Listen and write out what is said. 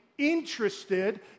Interested